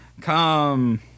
come